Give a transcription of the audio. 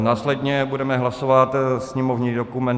Následně budeme hlasovat sněmovní dokument 7287.